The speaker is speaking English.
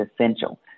essential